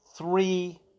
Three